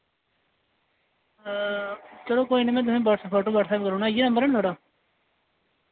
चलो कोई नि मैं तुसें WhatsApp photo WhatsApp करू ना इयै नंबर ऐ नि थुआढ़ा